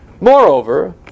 Moreover